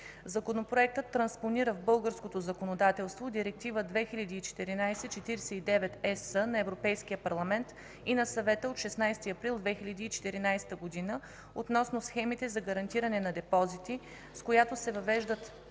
Законопроектът транспонира в българското законодателство Директива 2014/49/ЕС на Европейския парламент и на Съвета от 16 април 2014 г. относно схемите за гарантиране на депозити, с която се въвеждат